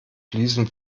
fliesen